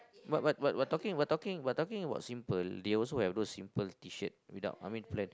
but but but but talking but talking but talking about simple they also have those simple T-shirt without I mean plain